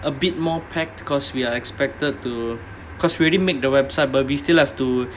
a bit more packed because we are expected to because we already make the website but we still have to